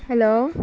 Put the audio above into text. hello